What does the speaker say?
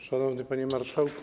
Szanowny Panie Marszałku!